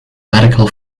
medical